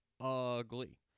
ugly